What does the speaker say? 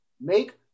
Make